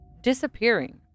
disappearing